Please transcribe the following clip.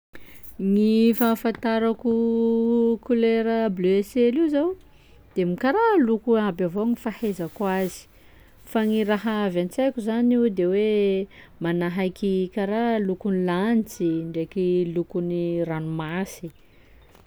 Gny fahafantarako kolera bleu ciel io zao de m- karaha loko aby avao gny fahaizako azy fa gny raha avy an-tsaiko zany io de hoe manahaky karaha lokon'ny lanitsy ndraiky lokon'ny ranomasy.